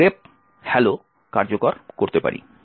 grep hello কার্যকর করতে পারি